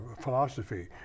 philosophy